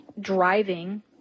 driving